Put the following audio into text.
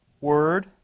Word